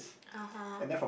(uh huh)